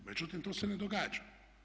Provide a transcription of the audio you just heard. Međutim, to se ne događa.